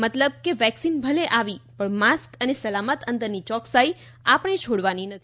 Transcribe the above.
મતલબ કે વેક્સિન ભલે આવી પણ માસ્ક અને સલામત અંતરની ચોકસાઇ આપણે છોડવાની નથી